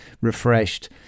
refreshed